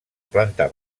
planta